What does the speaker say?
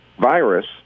virus